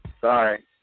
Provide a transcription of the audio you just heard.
sorry